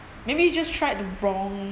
maybe you just tried the wrong